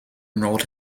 enrolled